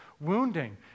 wounding